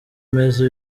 imeze